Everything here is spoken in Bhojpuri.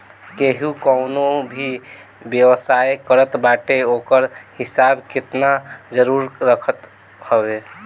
केहू कवनो भी व्यवसाय करत बाटे ओकर हिसाब किताब जरुर रखत हवे